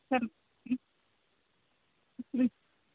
sir ಹ್ಞೂ ಹ್ಞೂ